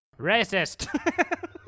Racist